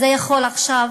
יכול עכשיו